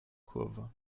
kurve